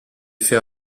fait